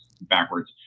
backwards